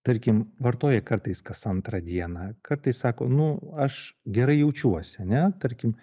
tarkim vartoja kartais kas antrą dieną kartais sako nu aš gerai jaučiuosi ane tarkim